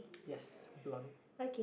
yes blond